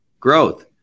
growth